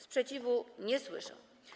Sprzeciwu nie słyszę.